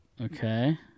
Okay